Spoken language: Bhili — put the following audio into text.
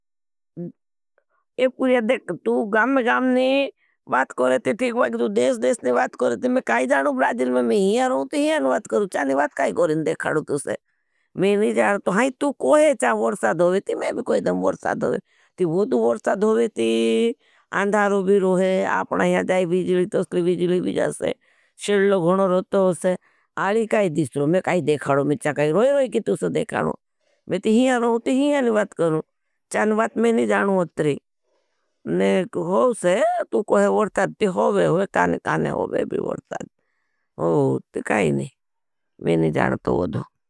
पूरीया देख तू गाम में गाम नहीं बात करेती, ठीक बात करेती, तू देश देश नहीं बात करेती, मैं काई जानू ब्रादिल में मैं ही आ रहू, तीही आ नवाद करू, चा नवाद काई करें, देख हाड़ू तूसे। हाई तू कोहे जा वर्साद हो वेती, मैं भी कोहे जा वर्साद हो वेती, ती वदू वर्साद हो वेती, अंधारों भी रोहे, आपना यहां जाए विजली तसली, विजली भी जासे, शिर्लों गोनों रोते होसे, आली काई देश रो, मैं काई देख रो, में चा काई रोय र मैं नहीं जाड़ता वदू।